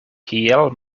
kiel